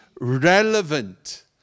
relevant